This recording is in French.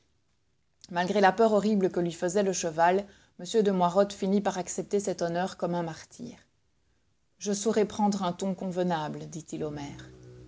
malgré la peur horrible que lui faisait le cheval m de moirod finit par accepter cet honneur comme un martyre je saurai prendre un ton convenable dit-il au maire